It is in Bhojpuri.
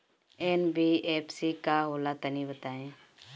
एन.बी.एफ.सी का होला तनि बताई?